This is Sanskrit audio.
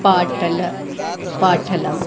पाटलं पाटलं